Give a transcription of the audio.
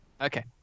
Okay